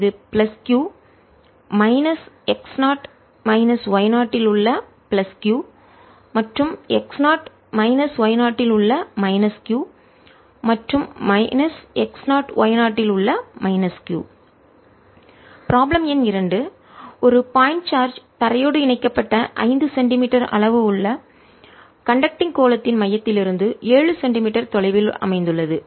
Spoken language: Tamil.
இது பிளஸ் q மைனஸ் x 0மைனஸ் y 0 இல் உள்ள பிளஸ் q மற்றும் x0மைனஸ் y0 இல் உள்ள மைனஸ் q மற்றும் மைனஸ் x 0 y0 இல் உள்ள மைனஸ் q ப்ராப்ளம் எண் இரண்டு ஒரு பாயிண்ட் சார்ஜ் தரையோடு இணைக்கப்பட்ட 5 சென்டிமீட்டர் அளவு உள்ள கண்டக்டிங் மின்கடத்தும் கோளத்தின் மையத்திலிருந்து 7 சென்டிமீட்டர் தொலைவில் அமைந்துள்ளது